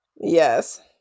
Yes